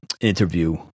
interview